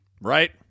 Right